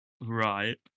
Right